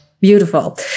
Beautiful